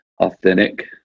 authentic